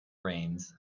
rains